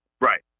Right